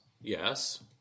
Yes